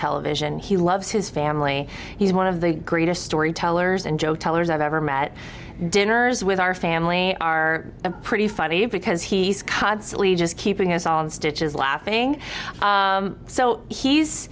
television he loves his family he's one of the greatest storytellers and joe tellers i've ever met dinners with our family are a pretty funny because he's constantly just keeping us all in stitches laughing so he's